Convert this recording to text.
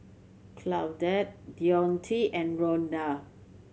Claudette Deonte and Rhonda